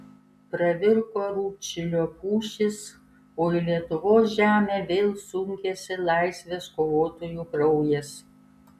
pravirko rūdšilio pušys o į lietuvos žemę vėl sunkėsi laisvės kovotojų kraujas